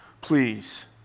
please